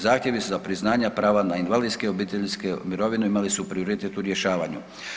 Zahtjevi su za priznanja prava na invalidske obiteljske mirovine imali su prioritet u rješavanju.